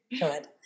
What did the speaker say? good